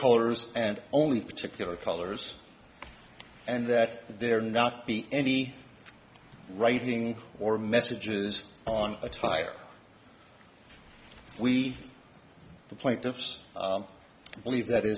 colors and only particular colors and that there not be any writing or messages on attire we the plaintiffs believe that